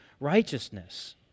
righteousness